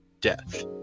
death